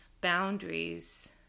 boundaries